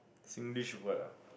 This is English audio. Singlish word ah